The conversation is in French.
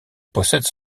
possède